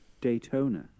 Daytona